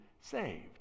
saved